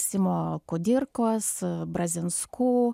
simo kudirkos brazinskų